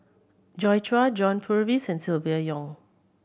Joi Chua John Purvis and Silvia Yong